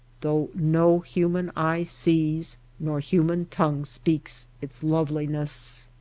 though no human eye sees nor human tongue speaks its loveliness.